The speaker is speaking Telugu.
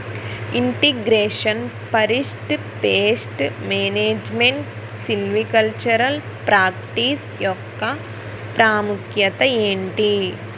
integration forest pest management silvicultural practice యెక్క ప్రాముఖ్యత ఏంటి